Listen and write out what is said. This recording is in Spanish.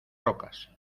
rocas